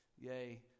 yay